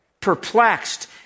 perplexed